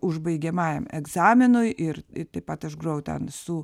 užbaigiamajam egzaminui ir taip pat aš grojau ten su